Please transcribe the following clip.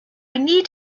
need